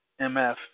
MF